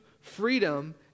freedom